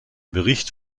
bericht